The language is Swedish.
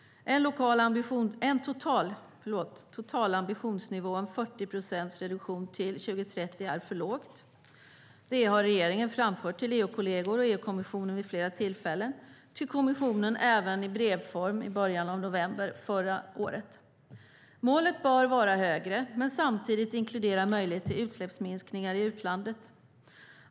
En total ambitionsnivå om 40 procent reduktion till 2030 är för låg. Det har regeringen framfört till EU-kolleger och EU-kommissionen vid flera tillfällen, till kommissionen även i brevform i början av november förra året. Målet bör vara högre men samtidigt inkludera möjlighet till utsläppsminskningar i utlandet.